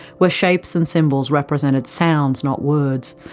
where shapes and symbols represent and sounds not words,